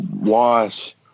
Wash